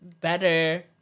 better